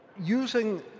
using